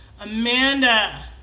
Amanda